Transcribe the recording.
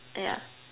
yeah